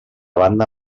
banda